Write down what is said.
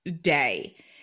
day